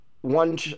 one